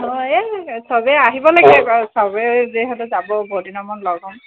অঁ এই চবেই আহিব লাগে চবে যিহেতু যাব বহু দিনৰ মূৰত লগ হ'ম